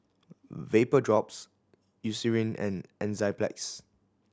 Vapodrops Eucerin and Enzyplex